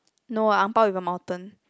no a ang bao with a mountain